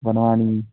बनवानी